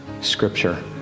scripture